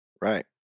Right